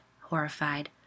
horrified